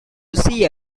see